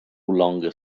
longer